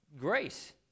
grace